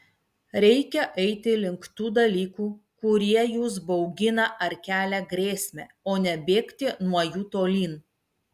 reikia eiti link tų dalykų kurie jus baugina ar kelia grėsmę o ne bėgti nuo jų tolyn